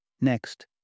Next